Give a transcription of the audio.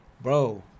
Bro